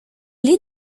lit